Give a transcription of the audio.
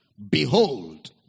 Behold